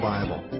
Bible